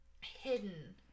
hidden